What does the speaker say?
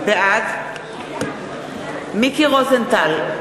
בעד מיקי רוזנטל,